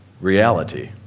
reality